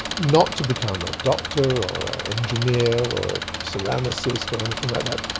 not to become a doctor, or an engineer, or a ceramicist or anything like that,